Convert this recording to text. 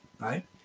right